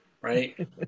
right